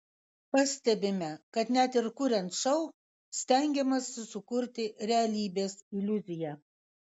pastebime kad net ir kuriant šou stengiamasi sukurti realybės iliuziją